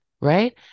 right